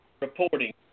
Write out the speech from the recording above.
reporting